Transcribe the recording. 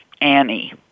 Annie